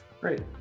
Great